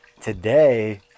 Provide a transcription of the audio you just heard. Today